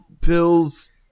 pills